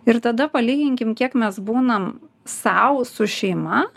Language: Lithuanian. ir tada palyginkim kiek mes būnam sau su šeima